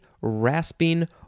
rasping